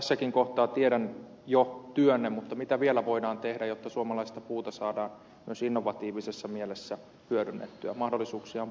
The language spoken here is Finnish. tässäkin kohtaa tiedän jo työnne mutta mitä vielä voidaan tehdä jotta suomalaista puuta saadaan myös innovatiivisessa mielessä hyödynnettyä